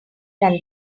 than